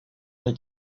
mes